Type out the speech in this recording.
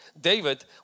David